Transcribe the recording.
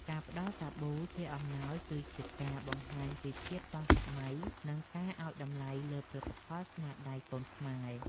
ការផ្តល់សាប៊ូជាអំណោយគឺជាការបង្ហាញពីភាពទាន់សម័យ និងការឱ្យតម្លៃលើផលិតផលស្នាដៃកូនខ្មែរ។